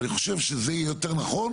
אבל, אני חושב שזה יהיה יותר נכון,